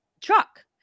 truck